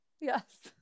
Yes